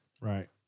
Right